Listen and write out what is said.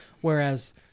whereas